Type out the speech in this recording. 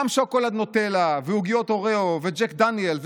גם שוקולד נוטלה ועוגיות אוריאו וג'ק דניאלס